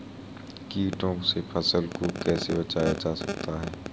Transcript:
कीटों से फसल को कैसे बचाया जा सकता है?